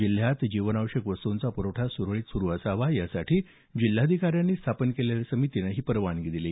जिल्ह्यात जीवनावश्यक वस्तूंचा पुरवठा सुरळीत सुरू असावा यासाठी जिल्हाधिकाऱ्यांनी स्थापन केलेल्या समितीनं ही परवानगी दिली